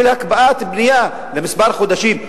של הקפאת בנייה לכמה חודשים,